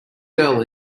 girl